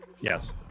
Yes